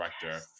director